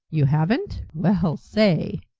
you haven't? well, say!